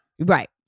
Right